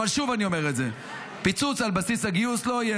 אבל שוב אני אומר: פיצוץ על בסיס הגיוס לא יהיה.